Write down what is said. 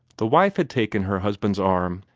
the wife had taken her husband's arm,